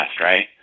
right